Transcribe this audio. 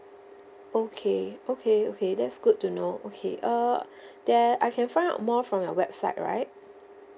okay okay okay that's good to know okay err then I can find out more from your website right